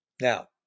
now